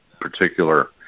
particular